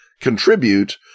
contribute